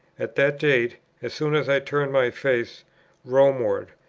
at that date, as soon as i turned my face rome-ward,